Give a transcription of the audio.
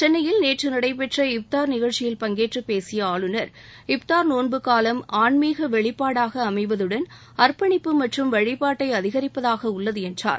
சென்னையில் நேற்று நடைபெற்ற இப்தார் நிகழ்ச்சியில் பங்கேற்று பேசிய ஆளுநர் இப்தார் நோன்பு காலம் ஆன்மீக வெளிப்பாடாக அமைவதுடன் அப்பணிப்பு மற்றும் வழிபாட்டை அதிகரிப்பதாக உள்ளது என்றார்